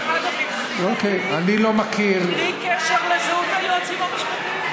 דרך אגב, מבחינתי, טריגר, לזהות היועצים המשפטיים.